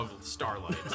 starlight